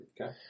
Okay